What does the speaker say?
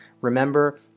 Remember